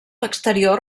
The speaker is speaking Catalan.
exterior